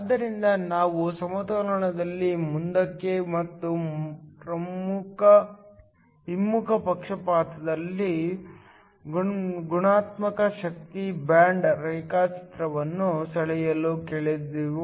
ಆದ್ದರಿಂದ ನಾವು ಸಮತೋಲನದಲ್ಲಿ ಮುಂದಕ್ಕೆ ಮತ್ತು ಹಿಮ್ಮುಖ ಪಕ್ಷಪಾತದಲ್ಲಿ ಗುಣಾತ್ಮಕ ಶಕ್ತಿ ಬ್ಯಾಂಡ್ ರೇಖಾಚಿತ್ರವನ್ನು ಸೆಳೆಯಲು ಕೇಳಿದೆವು